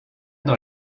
dans